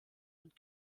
und